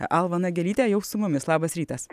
alma nagelytė jau su mumis labas rytas